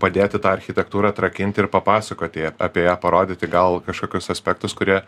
padėti tą architektūrą atrakinti ir papasakoti apie ją parodyti gal kažkokius aspektus kurie